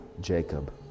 Jacob